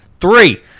Three